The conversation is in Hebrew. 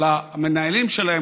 אבל המנהלים שלהם,